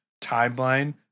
timeline